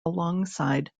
alongside